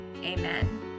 Amen